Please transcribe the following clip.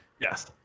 Yes